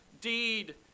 deed